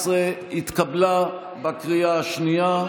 11), התקבלה בקריאה השנייה,